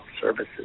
services